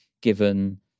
given